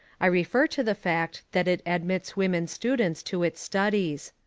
i refer to the fact that it admits women students to its studies.